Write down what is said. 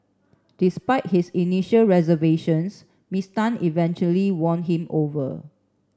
despite his initial reservations Miss Tan eventually won him over